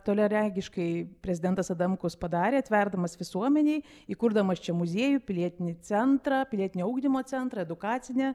toliaregiškai prezidentas adamkus padarė atverdamas visuomenei įkurdamas čia muziejų pilietinį centrą pilietinio ugdymo centrą edukacinę